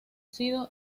sido